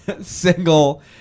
single